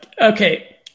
Okay